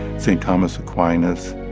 saint thomas aquinas,